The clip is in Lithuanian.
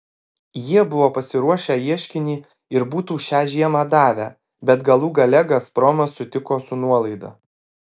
jie buvo pasiruošę ieškinį ir būtų šią žiemą davę bet galų gale gazpromas sutiko su nuolaida